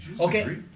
Okay